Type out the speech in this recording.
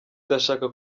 ndashaka